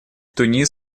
тунис